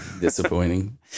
disappointing